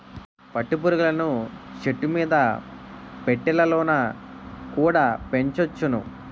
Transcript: పట్టు పురుగులను చెట్టుమీద పెట్టెలలోన కుడా పెంచొచ్చును